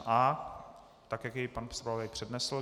A tak, jak je pan zpravodaj přednesl.